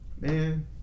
Man